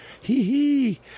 Hee-hee